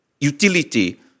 utility